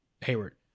Hayward